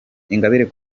ingabire